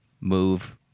move